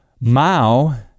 Mao